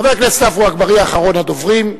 חבר הכנסת עפו אגבאריה, אחרון הדוברים,